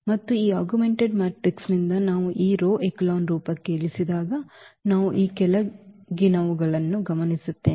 ಮತ್ತು ಈ augmented ಮ್ಯಾಟ್ರಿಕ್ಸ್ನಿಂದ ನಾವು ಈ ರೋ ಎಚೆಲಾನ್ ರೂಪಕ್ಕೆ ಇಳಿಸಿದಾಗ ನಾವು ಈ ಕೆಳಗಿನವುಗಳನ್ನು ಗಮನಿಸುತ್ತೇವೆ